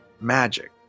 magic